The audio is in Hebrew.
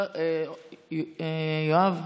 יואב,